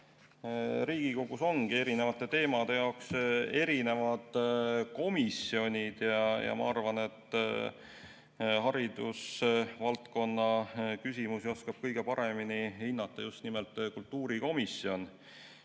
Riigikogus ongi erinevate teemade jaoks eri komisjonid. Ma arvan, et haridusvaldkonna küsimusi oskab kõige paremini hinnata just nimelt kultuurikomisjon.